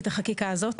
הוויכוח פה.